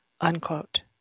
unquote